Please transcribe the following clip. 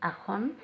আসন